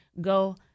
go